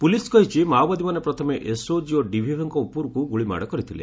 police କହିଛି ମାଓବାଦୀମାନେ ପ୍ରଥମେ ଏସଓଜି ଓ ଡିଭିଏଫଙ୍କ ଉପରକୁ ଗୁଳିମାଡ କରିଥିଲେ